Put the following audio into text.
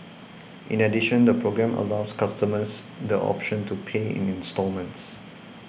in addition the programme allows customers the option to pay in instalments